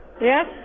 Yes